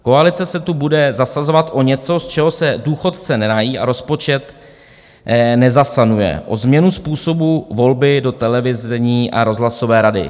Koalice se tu bude zasazovat o něco, z čeho se důchodce nenají a rozpočet nezasanuje: o změnu způsobu volby do televizní a rozhlasové rady.